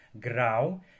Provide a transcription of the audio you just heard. Grau